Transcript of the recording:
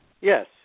Yes